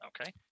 Okay